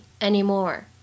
anymore